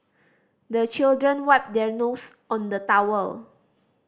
the children wipe their nose on the towel